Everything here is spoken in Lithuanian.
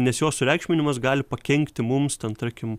nes jos sureikšminimas gali pakenkti mums ten tarkim